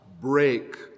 break